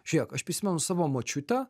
žiūrėk aš prisimenu savo močiutę